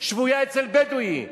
שבויה אצל בדואי.